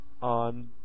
on